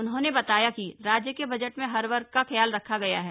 उन्होंने बताया कि राज्य के बजट में हर वर्ग का ख्याल रखा गया है